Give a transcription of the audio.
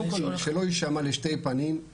קודם כל שלא יישמע לשתי פנים,